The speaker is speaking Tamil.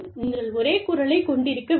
நீங்கள் ஒரே குரலைக் கொண்டிருக்க வேண்டும்